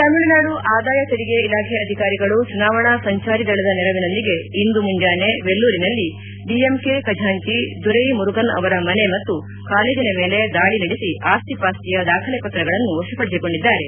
ತಮಿಳುನಾಡು ಆದಾಯ ಶೆರಿಗೆ ಇಲಾಖೆ ಅಧಿಕಾರಿಗಳು ಚುನಾವಣಾ ಸಂಚಾರಿ ದಳದ ನೆರವಿನೊಂದಿಗೆ ಇಂದು ಮುಂಜಾನೆ ವೆಲ್ಲೂರಿನಲ್ಲಿ ಡಿಎಂಕೆ ಖಜಾಂಚಿ ದುರೈ ಮುರುಗನ್ ಅವರ ಮನೆ ಮತ್ತು ಕಾಲೇಜಿನ ಮೇಲೆ ದಾಳಿ ನಡೆಸಿ ಆಸ್ತಿ ಪಾಸ್ತಿಯ ದಾಖಲೆ ಪತ್ರಗಳನ್ನು ವಶಪಡಿಸಿಕೊಂಡಿದ್ದಾರೆ